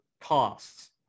costs